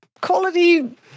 quality